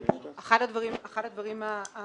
אחד הדברים המרכזיים.